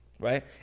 Right